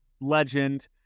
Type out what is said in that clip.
legend